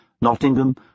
Nottingham